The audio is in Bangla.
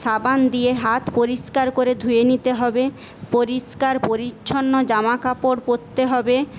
সাবান দিয়ে হাত পরিষ্কার করে ধুয়ে নিতে হবে পরিষ্কার পরিচ্ছন্ন জামাকাপড় পরতে হবে